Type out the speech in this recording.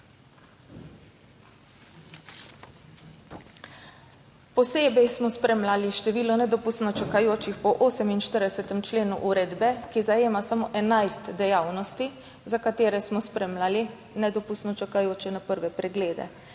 Posebej smo spremljali število nedopustno čakajočih po 48. členu uredbe, ki zajema samo 11 dejavnosti, za katere smo spremljali nedopustno čakajoče na prve preglede.